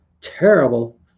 terrible